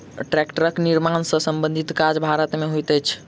टेक्टरक निर्माण सॅ संबंधित काज भारत मे होइत अछि